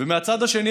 ומהצד השני,